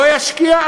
לא ישקיע,